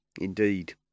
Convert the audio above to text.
Indeed